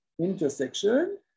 intersection